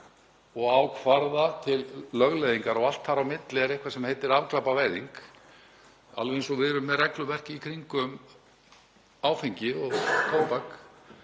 og kvarða til lögleiðingar og allt þar á milli, það er eitthvað sem heitir afglæpavæðing, alveg eins og við erum með regluverk í kringum áfengi og tóbak.